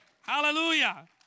Hallelujah